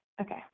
Okay